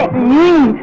me.